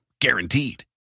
Guaranteed